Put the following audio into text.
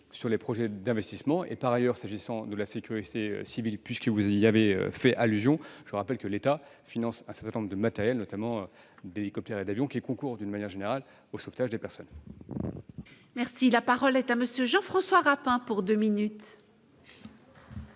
sur les projets d'investissement. Par ailleurs, s'agissant de la sécurité civile, puisque vous y avez fait allusion, je rappelle que l'État finance un certain nombre de matériels, notamment d'hélicoptères et d'avions, qui concourent, d'une manière générale, au sauvetage des personnes. La parole est à M. Jean-François Rapin. Madame